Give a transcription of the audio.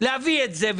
אנחנו מביאים את זה.